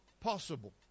possible